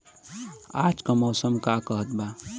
आज क मौसम का कहत बा?